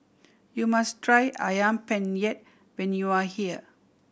you must try Ayam Penyet when you are here